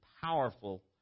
powerful